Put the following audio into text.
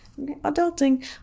Adulting